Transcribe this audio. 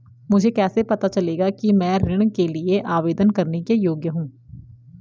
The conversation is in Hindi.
मुझे कैसे पता चलेगा कि मैं ऋण के लिए आवेदन करने के योग्य हूँ?